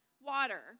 water